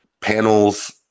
panels